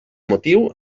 motiu